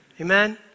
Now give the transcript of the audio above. Amen